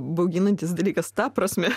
bauginantis dalykas ta prasme